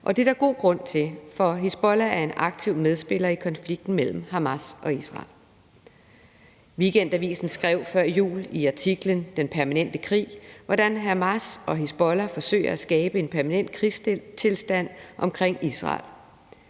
og det er der god grund til, for Hizbollah er en aktiv medspiller i konflikten mellem Hamas og Israel. Weekendavisen beskrev før jul i artiklen »Den permanente krig«, hvordan Hamas og Hizbollah forsøger at skabe en permanent krigstilstand omkring Israel.